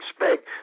expect